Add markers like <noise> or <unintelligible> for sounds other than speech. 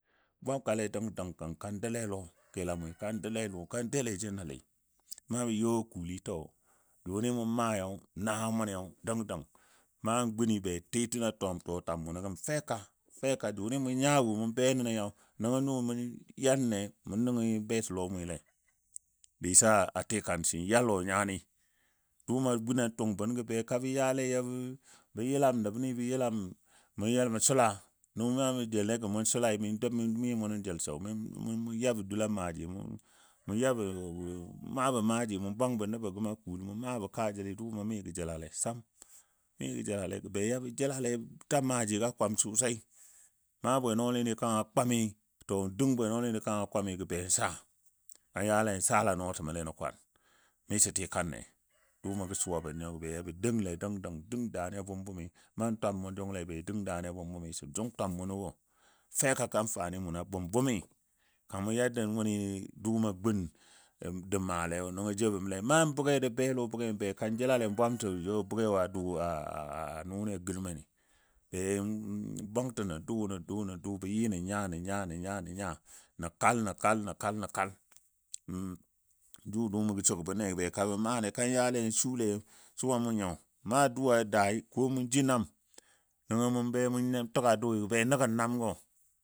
Bwabkale dəng dəng kan doule <noise> lɔ kɨla mʊi kan doule lɔ kan doule jə nəli na bə yɔ kuuli to jʊni mʊ maayo na mʊniyo dəng dəng nan guni betitəgɔ tɔtwan mʊnɔ gəm feka feka jʊni mʊ nya wo mʊn be nəniyo nəngɔ nʊ <hesitation> yanle mʊn nʊng betilɔ mʊile <noise> disa tikansən ya lɔ nyani. Dʊʊmɔ gun tʊng bən gɔ beka bə yale <hesitation> bə yəlam nəbni bə yəlam <unintelligible> nyuwa jə joule gɔ mu <unintelligible> mi mu nən jel sɔ mʊn yabɔ dul a maaji, mʊ yabɔ <noise> maabɔ maaji mu bwangbɔ nəbogəm a kuul, mu maabɔ kaa jəl dʊʊmɔ migə jəlale sam, migə jəlale gə be yabɔ jəlale bə ta maajiga kwam sosai. Na bwenɔɔlini kanga kwami to dəng bwenɔɔlini kanga kwami gə be saa. Kayale sala nɔɔtəmole nən kwan miso tikanle. <noise> Dʊʊmɔ gə suwa bən nyo gə be yo dəngle dəng dəng dəng daani a bʊm bʊmi nan twam mʊ jʊngle be dəng daani bʊm bʊmi sən jʊng twam muno wo feka amfani muno a bʊm bʊmi kamar yadda wʊni dʊʊmɔ gun də maaleyo nəngo jou bəmle, mam bʊge də be lɔ bʊge bekan jəlale <noise> bwamtə bʊge wo dʊʊ <hesitation> nʊni a girmeni. Be bwangtən dʊʊ nən dʊʊ nən dʊʊ bə yɨ nən nya nən nya nən nya nən nya, nən kal nən kal nən kal nən kal <hesitation> jʊ dʊʊmɔ gɔ shookbənle gə beka bə maale kan yale suwale mʊun nyo, nan dʊʊ a daai, ko mun jə nam nəngɔ mun be mʊn təga dʊʊi ben nəngən namgɔ.